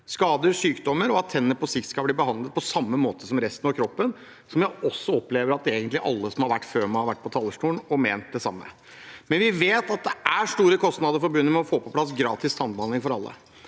skader og sykdommer, og at tennene på sikt skal bli behandlet på samme måte som resten av kroppen. Jeg opplever egentlig også at alle som har vært på talerstolen før meg, har ment det samme. Men vi vet at det er store kostnader forbundet med å få på plass gratis tannbehandling for alle.